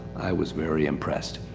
i was very impressed.